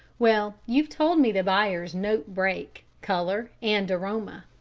well, you've told me the buyers note break, colour and aroma.